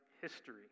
history